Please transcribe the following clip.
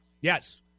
Yes